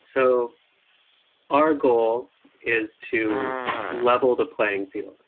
so our goal is to level the playing field